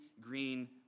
green